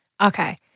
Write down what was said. Okay